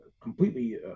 completely